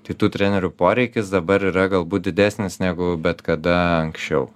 tai tų trenerių poreikis dabar yra galbūt didesnis negu bet kada anksčiau